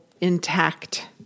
intact